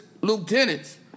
lieutenants